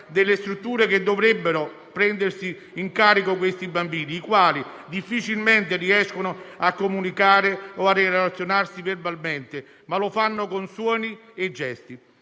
delle strutture che dovrebbero prendere in carico soggetti che difficilmente riescono a comunicare o a relazionarsi verbalmente, ma lo fanno con suoni e gesti.